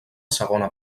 segona